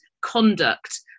conduct